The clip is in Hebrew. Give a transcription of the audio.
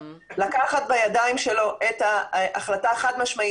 לקחת בידיים שלו את ההחלטה החד-משמעית